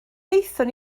wnaethon